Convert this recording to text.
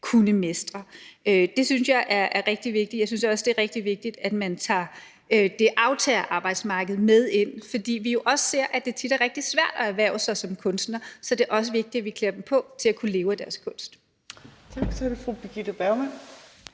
kunne mestre. Det synes jeg er rigtig vigtigt. Jeg synes også, det er rigtig vigtigt, at man tager aftagerarbejdsmarkedet med ind, fordi vi jo også ser, at det tit er rigtig svært at ernære sig som kunstner. Så det er også vigtigt, at vi klæder dem på til at kunne leve af deres kunst.